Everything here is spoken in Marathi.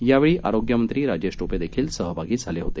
यावेळी आरोग्यमंत्री राजेश टोपे देखील सहभागी झाले होते